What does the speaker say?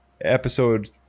episode